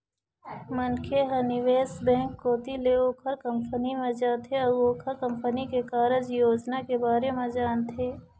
मनखे ह निवेश बेंक कोती ले ओखर कंपनी म जाथे अउ ओखर कंपनी के कारज योजना के बारे म जानथे